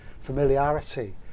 familiarity